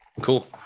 cool